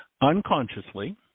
unconsciously